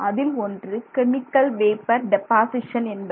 அதில் ஒன்று chemical vapour deposition என்பது